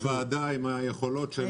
חשוב שהוועדה עם היכולות שלה,